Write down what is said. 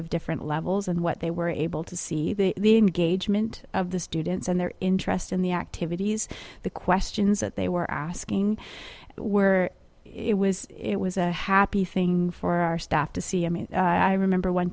of different levels and what they were able to see the gauge meant of the students and their interest in the activities the questions that they were asking where it was it was a happy thing for our staff to see i mean i remember one